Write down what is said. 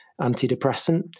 antidepressant